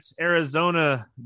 Arizona